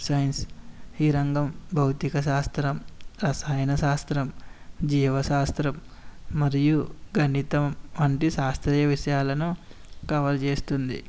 science ఈ రంగం భౌతిక శాస్త్రం రసాయన శాస్త్రం జీవశాస్త్రం మరియు గణితం వంటి శాస్త్రీయ విషయాలను కవర్ చేస్తుంది